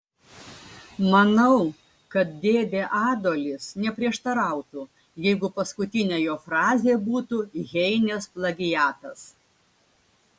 manau kad dėdė adolis neprieštarautų jeigu paskutinė jo frazė būtų heinės plagiatas